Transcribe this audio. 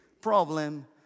problem